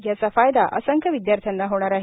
याचा फायदा असंख्य विद्यार्थ्यांना होणार आहे